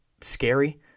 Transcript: scary